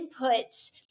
inputs